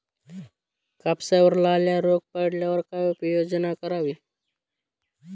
कापसावर लाल्या रोग पडल्यावर काय उपाययोजना करावी?